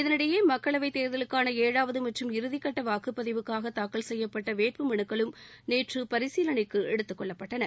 இதனிடையே மக்களவைத் தேர்தலுக்கான ஏழாவது மற்றும் இறுதிகட்ட வாக்குப்பதிவுக்காக தாக்கல் செய்யப்பட்ட வேட்பு மனுக்களும் நேற்று பரிசீலனைக்கு எடுத்துக் கொள்ளப்பட்டன